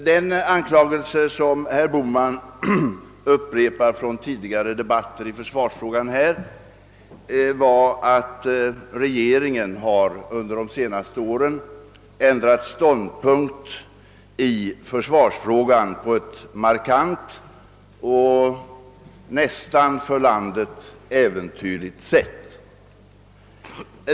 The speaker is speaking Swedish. Den anklagelsen, som herr Bohman upprepar från tidigare debatter i försvarsfrågan, var att regeringen under de senaste åren ändrat ståndpunkt i försvarsfrågan på ett markant och för landet nästan äventyrligt sätt.